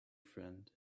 friend